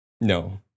no